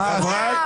ממערכת המשפט?